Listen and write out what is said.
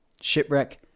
Shipwreck